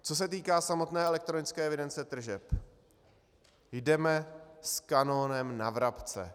Co se týká samotné elektronické evidence tržeb, jdeme s kanonem na vrabce.